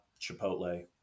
Chipotle